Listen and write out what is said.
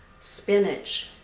spinach